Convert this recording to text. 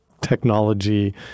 technology